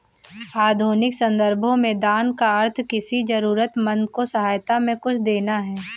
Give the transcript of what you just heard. आधुनिक सन्दर्भों में दान का अर्थ किसी जरूरतमन्द को सहायता में कुछ देना है